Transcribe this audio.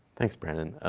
thanks, brannon.